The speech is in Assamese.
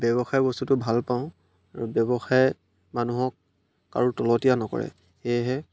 ব্যৱসায় বস্তুটো ভাল পাওঁ আৰু ব্যৱসায় মানুহক কাৰো তলতীয়া নকৰে সেয়েহে